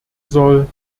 soll